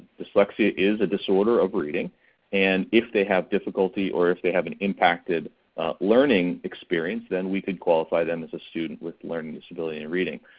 dyslexia is a disorder of reading and if they have difficulty or if they have an impacted learning experience then we could qualify them as a student with learning disability in reading.